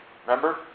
Remember